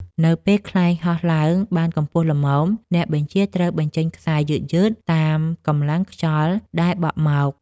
នៅពេលខ្លែងហោះឡើងបានកម្ពស់ល្មម អ្នកបញ្ជាត្រូវបញ្ចេញខ្សែយឺតៗតាមកម្លាំងខ្យល់ដែលបក់មក។